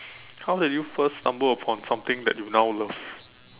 how did you first stumble upon something that you now love